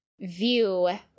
view